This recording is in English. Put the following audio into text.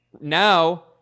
now